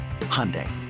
Hyundai